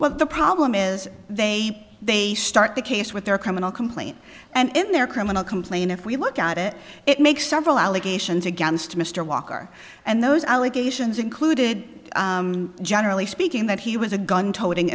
well the problem is they they start the case with their criminal complaint and in their criminal complaint if we look at it it makes several allegations against mr walker and those allegations included generally speaking that he was a gun toting